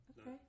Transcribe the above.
Okay